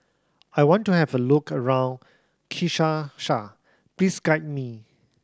I want to have a look around please guide me